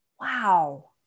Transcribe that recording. wow